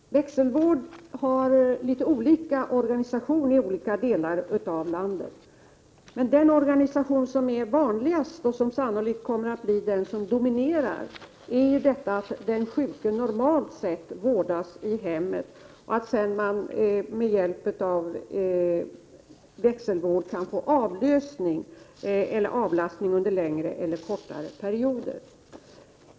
Herr talman! Växelvården har litet olika organisation i olika delar av landet. Den organisation som är vanligast och som sannolikt kommer att bli den som dominerar innebär att den sjuke normalt sett vårdas i hemmet och att vårdaren med hjälp av växelvård kan få avlastning under längre eller kortare perioder.